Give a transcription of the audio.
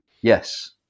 Yes